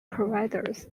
providers